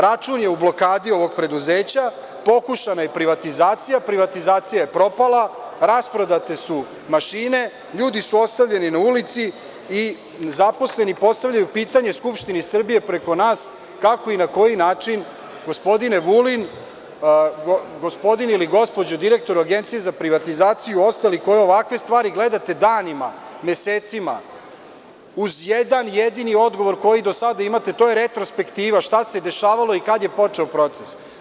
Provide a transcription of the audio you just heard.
Račun ovog preduzeća je u blokadi, pokušana je privatizacija, privatizacija je propala, rasprodate su mašine, ljudi su ostavljeni na ulici i zaposleni postavljaju pitanje Skupštini Srbije preko nas, kako i na koji način, gospodine Vulin, gospodin ili gospođa direktor Agencije za privatizaciju i ostali, koji ovakve stvari gledate danima, mesecima, uz jedan jedini odgovor koji do sada imate to je retrospektiva, šta se dešavalo i kada je počeo proces?